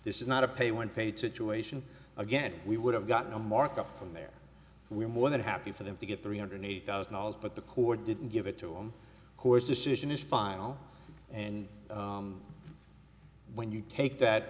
this is not a pay when paid situation again we would have gotten a markup from there we're more than happy for them to get three hundred eight thousand dollars but the core didn't give it to him who is decision is final and when you take that